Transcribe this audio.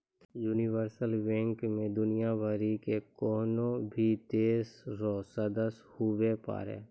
universal bank मे दुनियाँ भरि के कोन्हो भी देश रो सदस्य हुवै पारै